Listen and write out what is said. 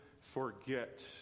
forget